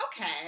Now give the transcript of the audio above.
Okay